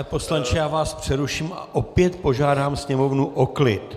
Pane poslanče, já vás přeruším a opět požádám Sněmovnu o klid!